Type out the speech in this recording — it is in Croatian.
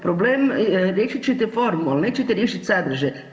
Problem, riješit ćete formu, ali nećete riješiti sadržaj.